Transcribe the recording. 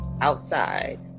outside